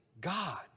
God